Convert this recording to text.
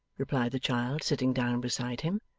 replied the child, sitting down beside him.